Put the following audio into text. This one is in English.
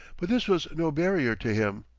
but this was no barrier to him,